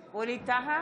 טאהא,